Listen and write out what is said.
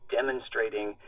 demonstrating